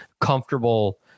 comfortable